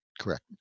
Correct